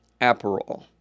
Aperol